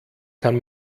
kann